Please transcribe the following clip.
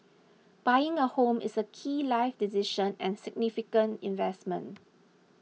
buying a home is a key life decision and significant investment